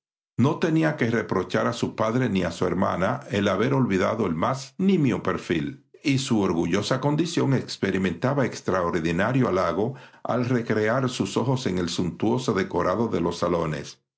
no tenía que reprochar a su padre ni a su hermana el haber olvidado el más nimio perfil y su orgullosa condición experimentaba extraordinario halago al recrear sus ojos en el suntuoso decorado de los salones